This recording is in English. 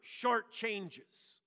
shortchanges